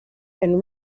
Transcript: and